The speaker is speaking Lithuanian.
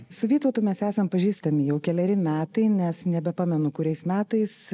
su vytautu mes esam pažįstami jau keleri metai nes nebepamenu kuriais metais